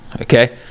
Okay